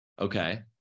okay